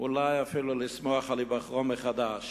אולי אפילו לשמוח על היבחרו מחדש.